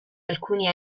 alcuni